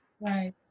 right